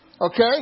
Okay